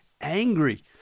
angry